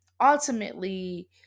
ultimately